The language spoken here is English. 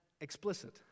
explicit